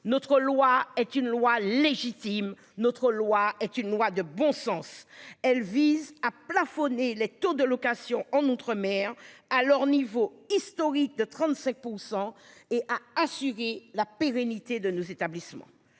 notre loi est une loi légitime notre loi est une loi de bon sens. Elle vise à plafonner les taux de location en mer à leur niveau historique de 35% et à assurer la pérennité de nos établissements.